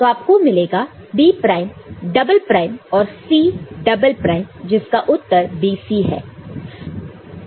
तो आपको मिलेगा B प्राइम डबल प्राइम और C डबल प्राइम जिसका उत्तर BC है